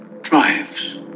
drives